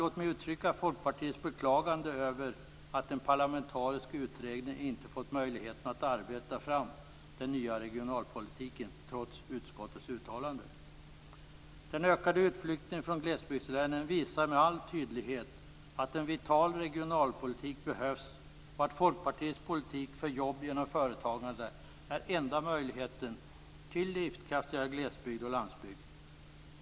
Låt mig uttrycka Folkpartiets beklagande över att en parlamentarisk utredning inte fått möjligheten att arbeta fram den nya regionalpolitiken, trots utskottets uttalande. Den ökade utflyttningen från glesbygdslänen visar med all tydlighet att en vital regionalpolitik behövs och att Folkpartiets politik för jobb genom företagande är enda möjligheten till livskraftigare glesbygd och landsbygd.